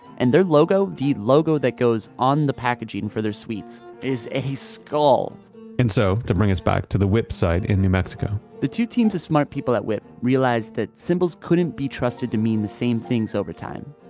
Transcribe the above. and their logo, the logo that goes on the packaging and for their sweets, is a skull and so to bring us back to the wipp site in new mexico the two teams of smart people at wipp realized that symbols couldn't be trusted to mean the same things over time.